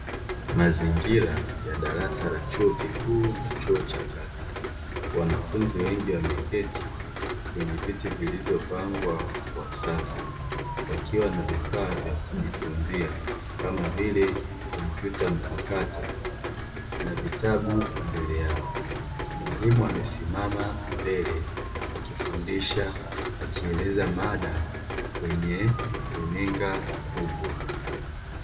Mazingira ya darasa la chuo kikuu na chuo cha kati, wanafunzi wengi wameketi kwenye viti vilivyopangwa kwa safu wakiwa vifaa vya kujifunzia kama vile kompyuta mpakato na vitabu mbele yao. Mwalimu amesimama mbele akifundisha akieleza mada kwenye runinga kubwa.